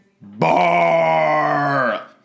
bar